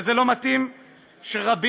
וזה לא מתאים כשרבים